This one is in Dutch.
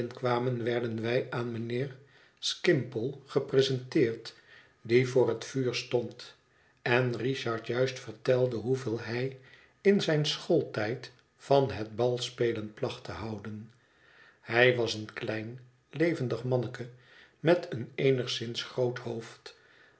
kwamen werden wij aan mijnheer skimpole gepresenteerd die voor het vuur stond en richard juist vertelde hoeveel hij in zijn schooltijd van het balspelen placht te houden hij was een klein levendig manneke met een eenigszins groot hoofd